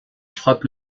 frappe